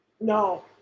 No